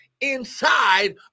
inside